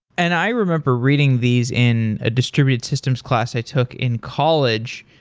and i remember reading these in a distributed systems class i took in college,